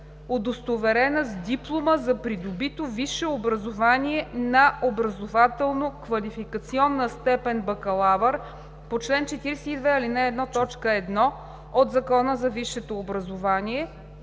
удостоверена с диплома за придобито висше образование на образователно-квалификационна степен „бакалавър“ по чл. 42, ал. 1, т. 1 от Закона за висшето образование